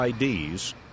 IDs